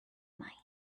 mind